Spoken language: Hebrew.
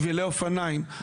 שבילי אופניים,